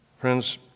Friends